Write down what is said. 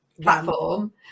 platform